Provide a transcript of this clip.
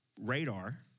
radar